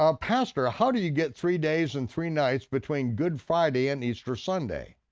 ah pastor, how do you get three days and three nights between good friday and easter sunday?